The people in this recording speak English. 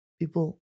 People